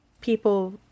people